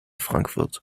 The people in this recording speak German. frankfurt